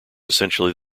essentially